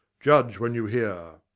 judge when you hear.